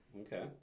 Okay